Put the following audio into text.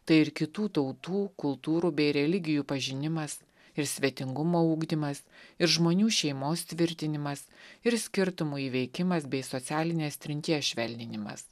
tai ir kitų tautų kultūrų bei religijų pažinimas ir svetingumo ugdymas ir žmonių šeimos tvirtinimas ir skirtumų įveikimas bei socialinės trinties švelninimas